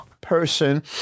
person